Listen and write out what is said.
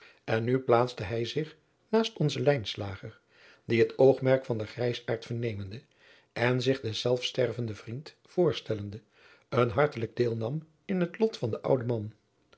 en nu plaatste hij zich naast onzen lijnslager die het oogmerk van den grijsaard vernemende en zich deszelfs stervenden vriend voorstellende een hartelijk deel nam in het lot van den ouden man